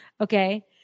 Okay